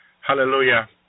hallelujah